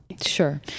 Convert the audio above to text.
Sure